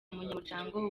munyamuryango